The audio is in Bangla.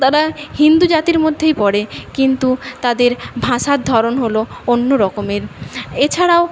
তাঁরা হিন্দু জাতির মধ্যেই পড়ে কিন্তু তাঁদের ভাষার ধরন হলো অন্য রকমের এছাড়াও